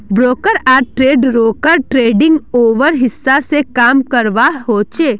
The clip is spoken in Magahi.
ब्रोकर आर ट्रेडररोक ट्रेडिंग ऑवर हिसाब से काम करवा होचे